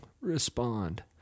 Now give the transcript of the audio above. respond